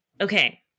okay